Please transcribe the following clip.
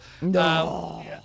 No